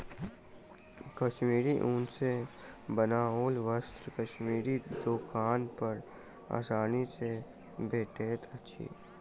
कश्मीरी ऊन सॅ बनाओल वस्त्र कश्मीरी दोकान पर आसानी सॅ भेटैत अछि